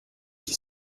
qui